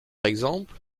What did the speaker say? exemple